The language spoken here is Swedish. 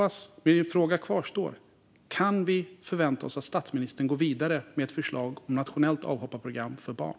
Min fråga kvarstår. Kan vi förvänta oss att statsministern går vidare med ett förslag om ett nationellt avhopparprogram för barn?